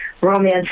romance